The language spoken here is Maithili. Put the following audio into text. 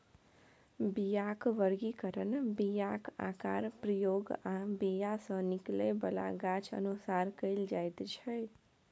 बीयाक बर्गीकरण बीयाक आकार, प्रयोग आ बीया सँ निकलै बला गाछ अनुसार कएल जाइत छै